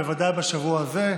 בוודאי בשבוע הזה.